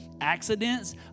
accidents